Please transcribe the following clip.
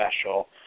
special